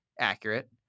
accurate